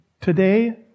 today